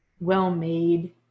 well-made